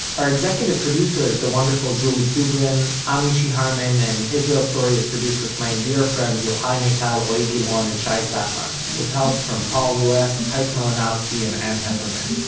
our executive producer is the wonderful julie subrin, i'm mishy harman, and israel story is produced with my dear friends yochai maital, roee gilron and shai satran, with help from paul rouest, pejk malinovski and ann heppermann.